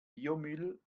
biomüll